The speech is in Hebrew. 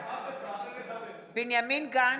בעד בנימין גנץ,